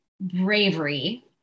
bravery